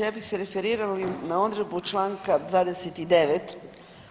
Ja bih se referirala na odredbu članka 29.